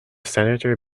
senator